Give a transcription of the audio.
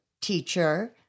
teacher